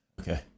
Okay